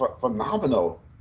phenomenal